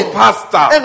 pastor